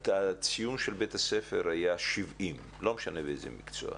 הציון של בית הספר היה 70, לא משנה באיזה מקצוע,